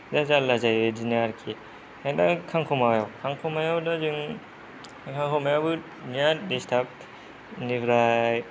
दा जाल्ला जायो बिदिनो आरोखि ओमफाय दा खांखमायाव खांखमायाव दा जों खांखमायाबो बिराद दिस्थाब बिनिफ्राय